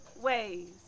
ways